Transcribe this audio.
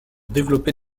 développer